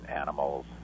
animals